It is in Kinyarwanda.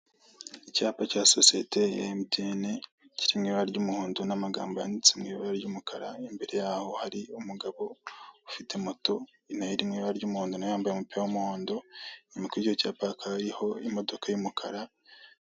Icyapa cya sosiyete ya MTN kiri mu ibara ry'umuhondo n'amagambo yanditse mu ibara ry'umukara, imbere yaho hari umugabo ufite moto nayo iri mu ibara ry'umuhondo nawe yambaye umupira w'umuhondo, inyuma kuri icyo cyapa hakaba hariho imodoka y'umukara.